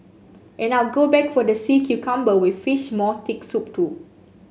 and I'll go back for the sea cucumber with fish maw thick soup too